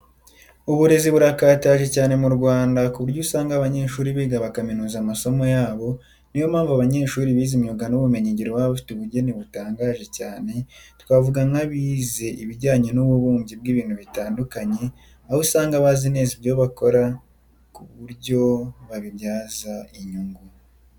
Uburezi burakataje cyane mu Rwanda ku buryo usanga abanyeshuri biga bakaminuza amasomo yabo, niyo mpamvu abanyeshuri bize imyuga n'ubumenyingiro baba bafite ubugeni butangaje cyane twavuga nk'abize ibijyanye n'ububumbyi bw'ibintu bitandukanye aho usanga bazi neza ibyo bakora ku buryo babibyaza inyungu.